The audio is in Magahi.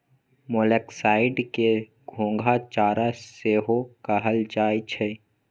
मोलॉक्साइड्स के घोंघा चारा सेहो कहल जाइ छइ